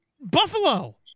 Buffalo